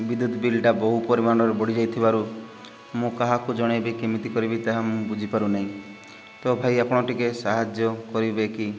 ବିଦ୍ୟୁତ ବିଲ୍ଟା ବହୁ ପରିମାଣରେ ବଢ଼ିଯାଇ ଥିବାରୁ ମୁଁ କାହାକୁ ଜଣାଇବି କେମିତି କରିବି ତାହା ମୁଁ ବୁଝିପାରୁ ନାହିଁ ତ ଭାଇ ଆପଣ ଟିକେ ସାହାଯ୍ୟ କରିବେ କି